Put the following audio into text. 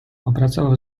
opracował